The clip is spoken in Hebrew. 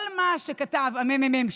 כל מה שכתב הממ"מ,